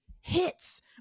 hits